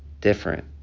different